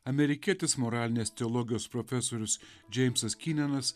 amerikietis moralinės teologijos profesorius džeimsas kinenas